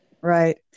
Right